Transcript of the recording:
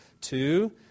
two